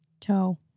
Toe